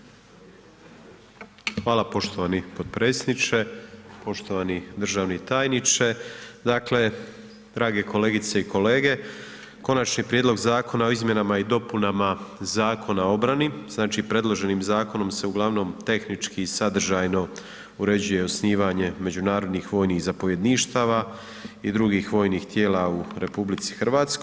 Hvala poštovani potpredsjedniče, poštovani državni tajniče, dakle, drage kolegice i kolege, Konačni prijedlog Zakona o izmjenama i dopunama Zakona o obrani, znači predloženim zakonom se uglavnom tehnički i sadržajno uređuje osnivanje međunarodnih vojnih zapovjedništava i drugih vojnih tijela u RH.